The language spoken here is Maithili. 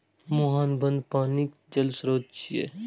मुहाना बंद पानिक जल स्रोत छियै